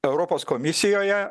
europos komisijoje